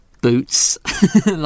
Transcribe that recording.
boots